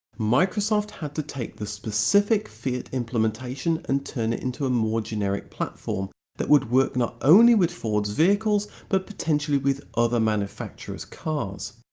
microsoft had to take the specific fiat implementation and turn it into a more generic platform that would work not only with ford's vehicles but potentially with other manufacturers' cars.